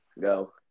Go